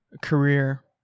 career